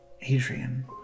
Adrian